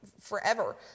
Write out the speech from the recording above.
forever